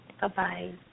Bye-bye